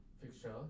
fixture